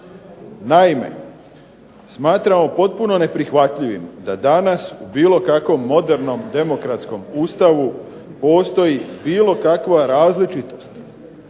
Naime, smatramo potpuno neprihvatljivim da danas u bilo kakvom modernom demokratskom Ustavu postoji bilo kakva različitost